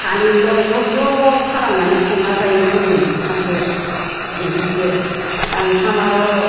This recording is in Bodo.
सानैल' जब जब खालामनानै संना जायो जोङो ओंखामखौ ओंख्रिखौ ओंखामाथ'